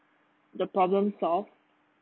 the problem solved